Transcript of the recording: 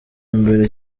mbere